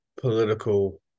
political